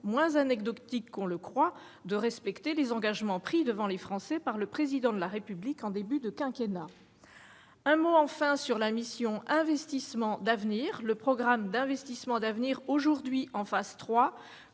moins anecdotique qu'on ne le croit, de respecter les engagements pris devant les Français par le Président de la République au début du quinquennat. Je dirai enfin un mot sur la mission « Investissements d'avenir ». Le programme d'investissements d'avenir, qui est aujourd'hui en phase 3,